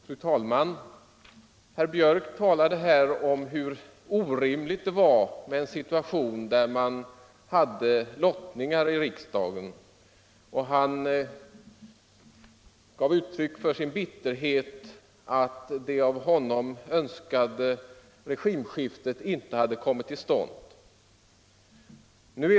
Fru talman! Herr Björck i Nässjö talade om hur orimligt det var med en situation med lottningar i riksdagen. Han gav uttryck för sin bitterhet över att det av honom önskade regimskiftet inte hade kommit till stånd.